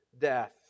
death